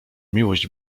miłość